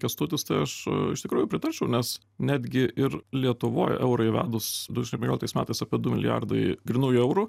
kęstutis tas su iš tikrųjų pritarčiau nes netgi ir lietuvoj eurą įvedus du šimtai penkioliktais metas apie du milijardai grynųjų eurų